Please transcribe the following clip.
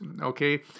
okay